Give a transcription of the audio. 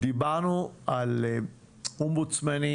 דיברנו על אובמבודסמנים.